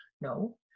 No